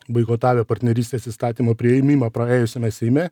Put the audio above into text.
boikotavę partnerystės įstatymo priėmimą praėjusiame seime